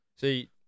See